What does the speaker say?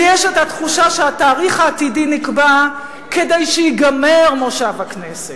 לי יש התחושה שהתאריך העתידי נקבע כדי שייגמר מושב הכנסת.